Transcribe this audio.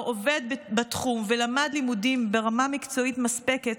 עובד בתחום ולמד לימודים ברמה מקצועית מספקת,